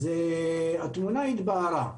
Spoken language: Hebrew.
התמונה התבהרה.